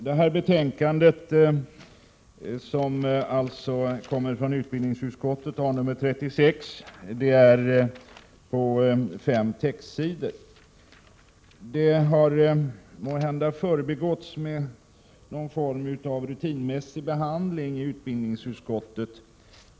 Herr talman! Utbildningsutskottets betänkande 36 innehåller fem textsidor. Det har måhända förbigåtts med någon form av rutinmässig behandling i utbildningsutskottet.